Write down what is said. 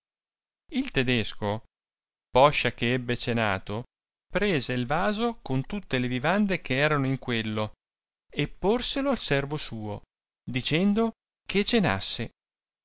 il tedesco poscia che ebbe cenato prese il vaso con tutte le vivande che erano in quello e porselo al servo suo dicendo che cenasse